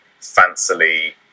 fancily